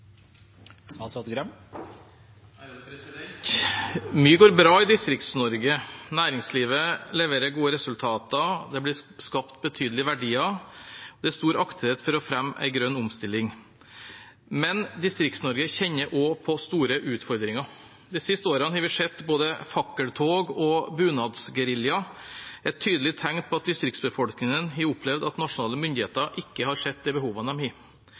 Mye går bra i Distrikts-Norge. Næringslivet leverer gode resultater, og det blir skapt betydelige verdier. Det er stor aktivitet for å fremme en grønn omstilling. Men Distrikts-Norge kjenner også på store utfordringer. De siste årene har vi sett både fakkeltog og bunadsgerilja, et tydelig tegn på at distriktsbefolkningen har opplevd at nasjonale myndigheter ikke har sett de behovene de har. Folketallet har gått ned i